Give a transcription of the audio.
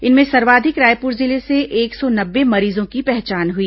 इनमें सर्वाधिक रायपुर जिले से एक सौ नब्बे मरीजों की पहचान हई